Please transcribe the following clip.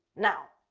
now